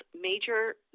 major